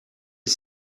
est